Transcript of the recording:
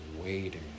waiting